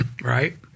Right